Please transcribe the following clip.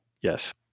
yes